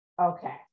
Okay